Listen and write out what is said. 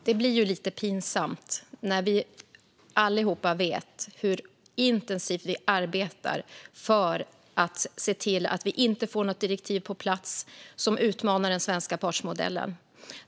Fru talman! Det här blir ju lite pinsamt, när vi allihop vet hur intensivt vi arbetar för att se till att vi inte får något direktiv på plats som utmanar den svenska partsmodellen.